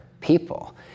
people